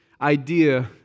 idea